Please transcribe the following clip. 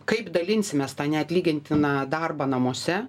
kaip dalinsimės tą neatlygintiną darbą namuose